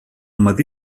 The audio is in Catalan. matí